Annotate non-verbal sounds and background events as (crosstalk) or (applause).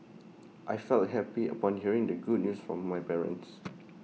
(noise) I felt happy upon hearing the good news from my parents